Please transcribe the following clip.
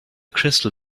crystal